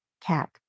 cat